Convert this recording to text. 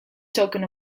token